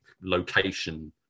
location